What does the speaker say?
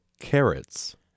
carrots